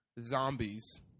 zombies